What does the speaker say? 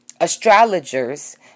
astrologers